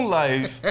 life